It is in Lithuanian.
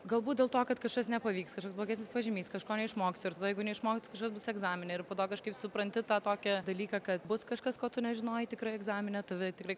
galbūt dėl to kad kažkas nepavyks kažkoks blogesnis pažymys kažko neišmoksiu ir tada jeigu neišmoksiu kažkas bus egzamine ir po to kažkaip supranti tą tokį dalyką kad bus kažkas ko tu nežinojai tikrai egzamine tave tikrai